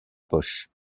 poche